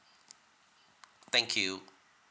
thank you